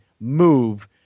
move